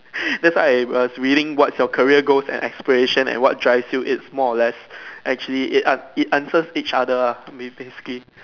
that's why I ask willing what's your career goals and aspiration and what's drives you it's more of less actually it ah it answers each other ah mean basically